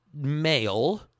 male